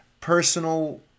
personal